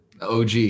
OG